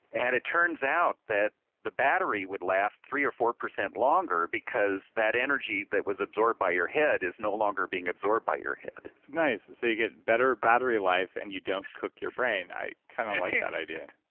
and it turns out that the battery would last three percent or four percent longer because that energy that was absorbed by your head is no longer being absorbed by your head nice, so you get better battery life and you don't cook your brain. i like kind of that idea